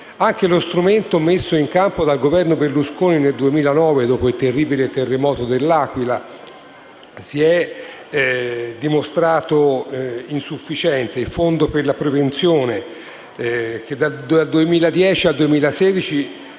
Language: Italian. Anche lo strumento messo in campo dal governo Berlusconi nel 2009, dopo il terribile terremoto dell'Aquila, si è dimostrato insufficiente: il fondo per la prevenzione dal 2010 al 2016